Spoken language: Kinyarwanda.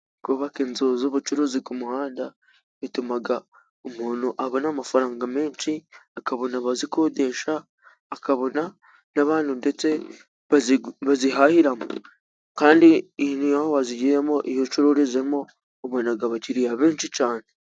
Kubaka inzu z'ubucuruzi ku muhanda bituma umuntu abona amafaranga menshi, akabona abazikodesha, akabona n'abantu ndetse bazihahiramo. Kandi n'iyo wazigiyemo, iyo ucururijemo ubona abakiriya benshi cyane.